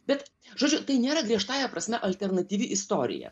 bet žodžiu tai nėra griežtąja prasme alternatyvi istorija